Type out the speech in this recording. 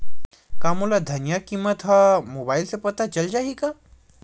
का मोला धनिया किमत ह मुबाइल से पता चल जाही का?